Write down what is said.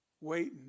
Waiting